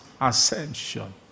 ascension